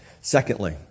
Secondly